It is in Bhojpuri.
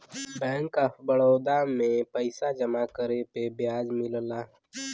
बैंक ऑफ बड़ौदा में पइसा जमा करे पे ब्याज मिलला